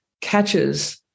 catches